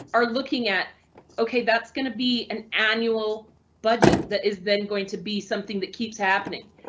are looking at ok? that's gonna be an annual budget that is then going to be something that keeps happening.